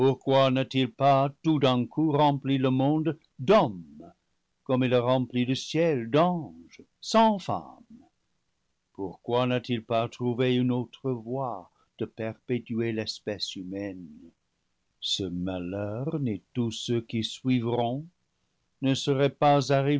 pourquoi n'a-t-il pas tout d'un coup rempli le monde d'hommes comme il a rempli le ciel d'anges sans femmes pourquoi n'a-t-il pas trouvé une autre voie de perpétuer l'espèce humaine ce malheur ni tous ceux qui suivront ne seraient pas arrivés